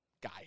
guy